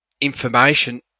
information